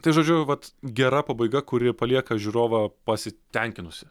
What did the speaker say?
tai žodžiu vat gera pabaiga kuri palieka žiūrovą pasitenkinusį